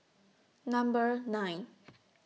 Number nine